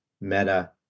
Meta